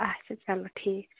اچھا چلو ٹھیٖک چھُ